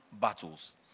battles